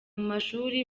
mashuri